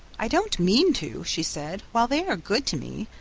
i don't mean to, she said, while they are good to me.